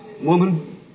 Woman